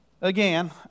again